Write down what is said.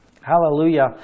Hallelujah